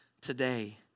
today